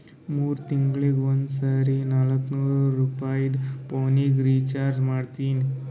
ಮೂರ್ ತಿಂಗಳಿಗ ಒಂದ್ ಸರಿ ನಾಕ್ನೂರ್ ರುಪಾಯಿದು ಪೋನಿಗ ರೀಚಾರ್ಜ್ ಮಾಡ್ತೀನಿ